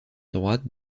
droite